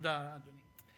תודה, אדוני.